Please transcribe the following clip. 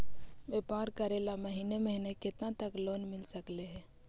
व्यापार करेल महिने महिने केतना तक लोन मिल सकले हे?